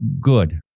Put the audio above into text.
good